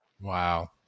Wow